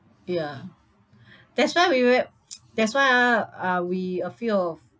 ya that's why we very that's why ah uh we a few of